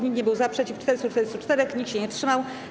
Nikt nie był za, przeciw - 444, nikt się nie wstrzymał.